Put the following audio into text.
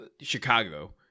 Chicago